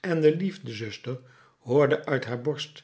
en de liefdezuster hoorde uit haar borst